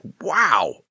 wow